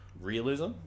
realism